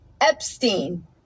Epstein